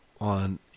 on